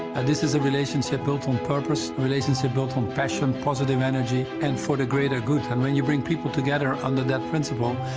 this is a relation built on purpose, relation so built passion, positive energy, and for the greater good. and when you bring people together under that principle,